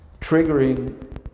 triggering